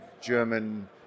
German